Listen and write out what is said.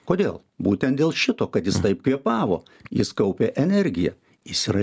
kodėl būtent dėl šito kad jis taip kvėpavo jis kaupė energiją jis yra